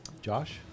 josh